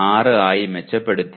06 ആയി മെച്ചപ്പെടുത്തി